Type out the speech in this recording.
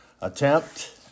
attempt